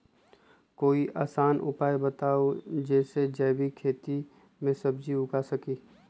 कोई आसान उपाय बताइ जे से जैविक खेती में सब्जी उगा सकीं?